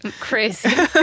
Crazy